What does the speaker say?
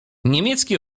niemiecki